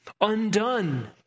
undone